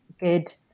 good